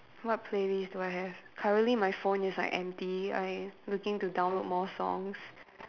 what playlist do I have currently my phone is like empty I looking to download more songs